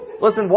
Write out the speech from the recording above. Listen